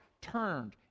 turned